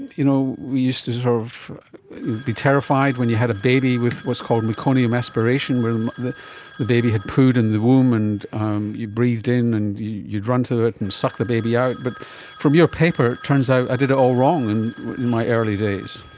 you know we used to sort of be terrified when you had a baby with what's called meconium aspiration where the the baby had pooed in the womb and um you breathed in, and you'd run to it and suck the baby out. but from your paper, it turns out i did it all wrong in my early days.